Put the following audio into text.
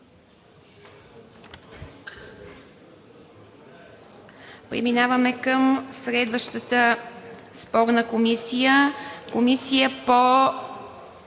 Преминаваме към следващата спорна комисия – Комисия по